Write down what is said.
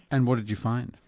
and what did you find?